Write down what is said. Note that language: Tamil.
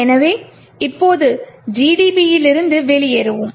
எனவே இப்போது GDB யிலிருந்து வெளியேறுவோம்